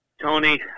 Tony